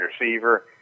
receiver